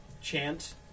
chant